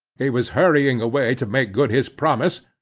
he was hurrying away to make good his promise,